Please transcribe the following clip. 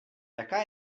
jaká